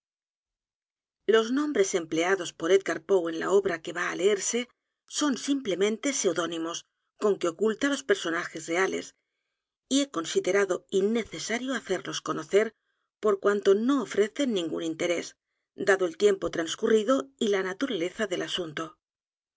los nombres empleados por edgar poe en la obra que va á leerse son simplemente pseudónimos con que ocúltalos personajes reales y he considerado innecesario hacerlos conocer por cuanto no ofrecen ningún nterés dado el tiempo trascurrido y la naturaleza del asunto